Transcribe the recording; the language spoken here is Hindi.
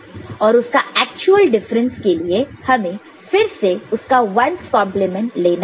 और उसका ऐक्चुअल डिफरन्स के लिए हमें फिर से उसका 1's कंप्लीमेंट 1's complement लेना होगा